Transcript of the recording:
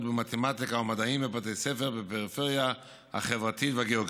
במתמטיקה ומדעים בבתי ספר בפריפריה החברתית והגיאוגרפית.